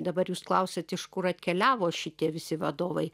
dabar jūs klausiat iš kur atkeliavo šitie visi vadovai